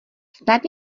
snad